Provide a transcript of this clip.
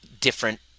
different